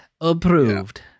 approved